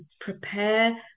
prepare